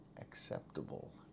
acceptable